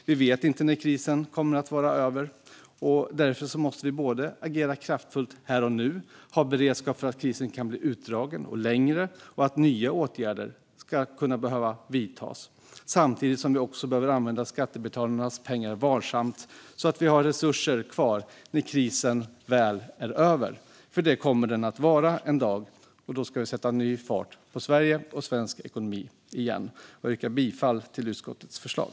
Vi vet inte när krisen kommer att vara över. Därför måste vi både agera kraftfullt här och nu och ha beredskap för att krisen kan bli utdragen och längre och att nya åtgärder ska kunna vidtas. Samtidigt behöver vi använda skattebetalarnas pengar varsamt så att vi har resurser kvar när krisen väl är över, för det kommer den att vara en dag. Då ska vi sätta ny fart på Sverige och svensk ekonomi igen. Jag yrkar bifall till utskottets förslag.